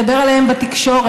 מדבר עליהם בתקשורת,